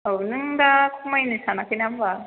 औ नों दा खमायनो सानाखै ना होनबा